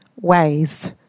ways